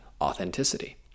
authenticity